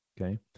Okay